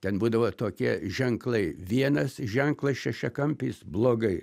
ten būdavo tokie ženklai vienas ženklas šešiakampis blogai